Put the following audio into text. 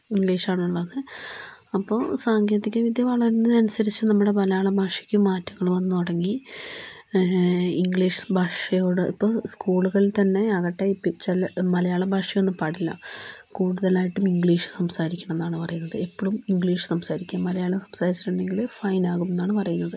ഇംഗ്ലീഷാണുള്ളത് അപ്പോൾ സാങ്കേതികവിദ്യ വളരുന്നതിനനുസരിച്ച് നമ്മുടെ മലയാള ഭാഷയ്ക്ക് മാറ്റങ്ങൾ വന്നുതുടങ്ങി ഇംഗ്ലീഷ് ഭാഷയോടൊപ്പം സ്കൂളുകളിൽ തന്നെ ആകട്ടെ ഇപ്പോൾ ചില മലയാള ഭാഷയൊന്നും പാടില്ല കൂടുതലായിട്ടും ഇംഗ്ലീഷ് സംസാരിക്കണമെന്നാണ് പറയുന്നത് എപ്പളും ഇംഗ്ലീഷ് സംസാരിക്കാൻ മലയാളം സംസാരിച്ചിട്ടുണ്ടെങ്കില് ഫൈൻ ആകുമെന്നാണ് പറയുന്നത്